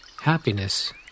Happiness